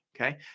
Okay